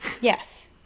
Yes